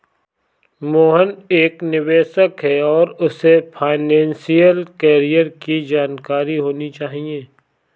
मोहन एक निवेशक है और उसे फाइनेशियल कैरियर की जानकारी होनी चाहिए